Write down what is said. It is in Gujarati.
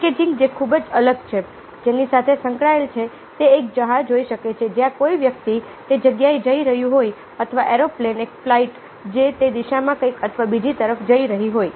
પેકેજિંગનું જે ખૂબ જ અલગ છે જેની સાથે સંકળાયેલ છે તે એક જહાજ હોઈ શકે છે જ્યાં કોઈ વ્યક્તિ તે જગ્યાએ જઈ રહ્યું હોય અથવા એરોપ્લેન એક ફ્લાઇટ જે તે દિશામાં કંઈક અથવા બીજી તરફ જઈ રહી હોય